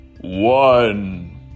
one